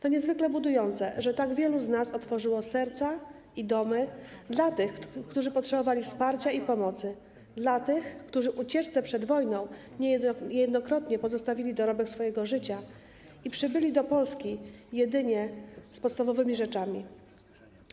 To niezwykle budujące, że tak wielu z nas otworzyło serca i domy dla tych, którzy potrzebowali wsparcia i pomocy, dla tych, którzy w ucieczce przed wojną niejednokrotnie pozostawili dorobek swojego życia i przybyli do Polski jedynie z podstawowymi rzeczami.